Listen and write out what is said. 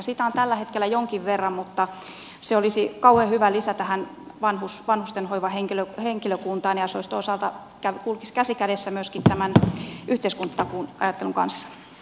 sitä on tällä hetkellä jonkin verran mutta se olisi kauhean hyvä lisä tähän vanhustenhoivahenkilökuntaan ja kulkisi käsi kädessä myöskin tämän yhteiskuntatakuuajattelun kanssa